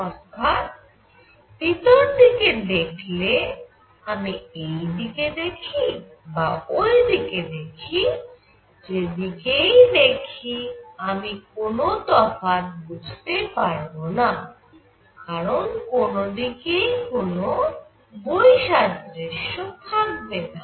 অর্থাৎ ভিতর দিকে দেখলে আমি এইদিকে দেখি বা ওইদিকে দেখি যেদিকেই দেখি আমি কোন তফাৎ বুঝতে পারবনা কারণ কোন দিকেই কোন বৈসাদৃশ্য থাকেনা